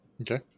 Okay